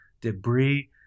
debris